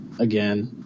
again